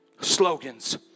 Slogans